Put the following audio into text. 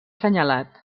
senyalat